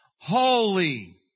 holy